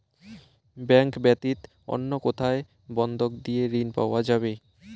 Bank ব্যাতীত অন্য কোথায় বন্ধক দিয়ে ঋন পাওয়া যাবে?